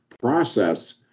process